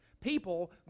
people